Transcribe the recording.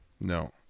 No